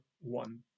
one